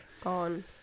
gone